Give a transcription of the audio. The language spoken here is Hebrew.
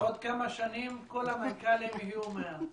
בעוד כמה שנים כל המנכ"לים יהיו מהם.